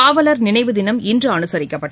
காவலர் நினைவு தினம் இன்றுஅனுசரிக்கப்பட்டது